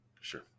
sure